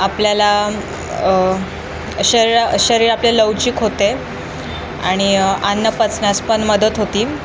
आपल्याला शरीरा शरीर आपले लवचिक होते आणि अन्न पचण्यास पण मदत होती